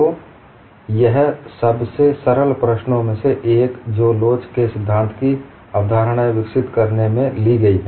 तो यह सबसे सरल प्रश्नों में से एक जो लोच के सिद्धांत की अवधारणाएँ विकसित करने में ली गई है